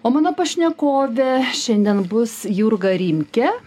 o mano pašnekovė šiandien bus jurga rimkė